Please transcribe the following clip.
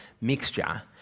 mixture